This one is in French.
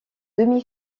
demi